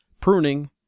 pruning